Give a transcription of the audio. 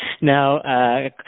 Now